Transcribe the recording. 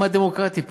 מה דמוקרטי פה?